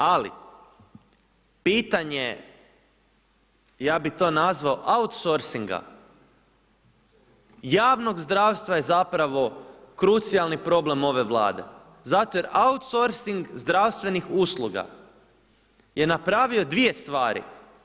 Ali pitanje, ja bih to nazvao outsourcinga javnog zdravstva je zapravo krucijalni problem ove Vlade zato jer outsourcing zdravstvenih usluga je napravio dvije stvari.